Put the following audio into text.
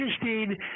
interested